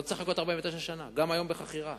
לא צריך לחכות 49 שנה, גם היום, בחכירה.